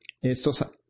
Estos